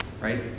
right